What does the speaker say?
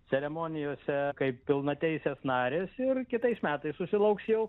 ceremonijose kaip pilnateisės narės ir kitais metais susilauks jau